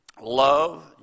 love